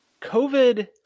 COVID